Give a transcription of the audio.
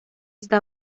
está